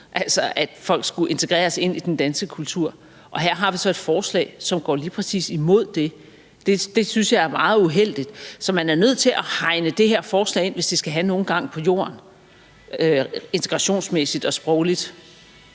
altså at folk skulle integreres i den danske kultur. Her har vi så et forslag, som går lige præcis imod det. Det synes jeg er meget uheldigt. Så man er nødt til at hegne det her forslag ind, hvis det skal have nogen gang på jord integrationsmæssigt og sprogligt,